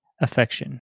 affection